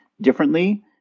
differently